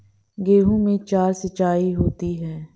गेहूं में चार सिचाई होती हैं